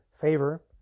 favor